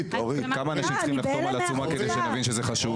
כמה אנשים צריכים לחתום על עצומה כדי שנבין שזה חשוב?